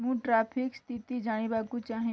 ମୁଁ ଟ୍ରାଫିକ୍ ସ୍ଥିତି ଜାଣିବାକୁ ଚାହେଁ